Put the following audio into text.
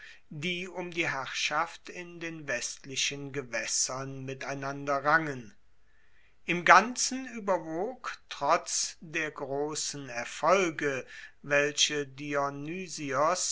die um die herrschaft in den westlichen gewaessern miteinander rangen im ganzen ueberwog trotz der grossen erfolge welche